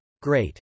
Great